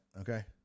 okay